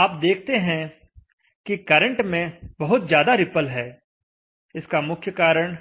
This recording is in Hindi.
आप देखते हैं कि करंट में बहुत ज्यादा रिपल है इसका मुख्य कारण